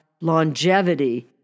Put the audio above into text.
longevity